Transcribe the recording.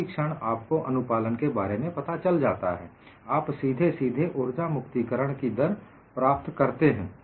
उसी क्षण आपको अनुपालन के बारे में पता चल जाता है आप सीधे सीधे ऊर्जा मुक्ति करण की दर प्राप्त कर सकते हैं